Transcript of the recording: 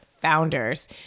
founders